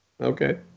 okay